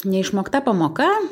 neišmokta pamoka